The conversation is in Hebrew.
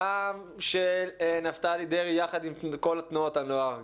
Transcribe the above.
גם של נפתלי דרעי יחד עם כל תנועות הנוער,